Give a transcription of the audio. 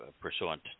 pursuant